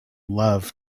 love